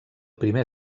primer